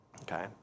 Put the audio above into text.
Okay